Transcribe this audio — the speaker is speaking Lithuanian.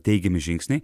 teigiami žingsniai